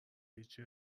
هیچی